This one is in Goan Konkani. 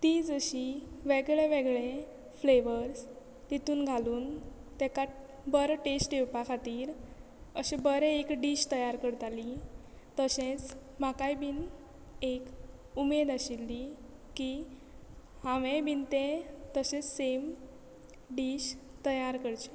ती जशी वेगळे वेगळे फ्लेवर्स तितून घालून ताका बरो टेस्ट येवपा खातीर अशे बरे एक डीश तयार करताली तशेंच म्हाकाय बी एक उमेद आशिल्ली की हांवें बी तें तशेंच सेम डीश तयार करचे